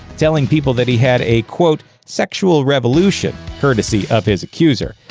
telling people that he had a, quote, sexual revolution, courtesy of his accuser.